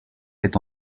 est